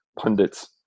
pundits